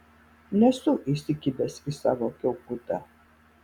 nesu įsikibęs į savo kiaukutą